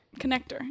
connector